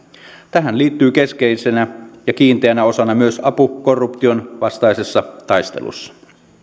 tähän liittyy keskeisenä ja kiinteänä osana myös apu korrup tion vastaisessa taistelussa